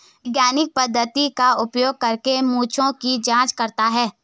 वैज्ञानिक पद्धति का उपयोग करके मुद्दों की जांच करता है